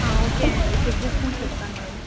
okay అండి check చేసుకుని చెప్తాను నేను